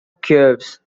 curves